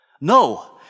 No